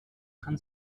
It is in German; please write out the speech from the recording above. kann